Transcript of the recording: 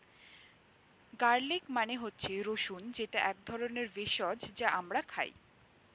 garlic মানে হচ্ছে রসুন যেটা এক ধরনের ভেষজ যা আমরা খাই